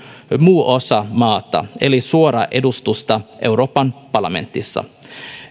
muu osa maata eli suoraa edustusta euroopan parlamentissa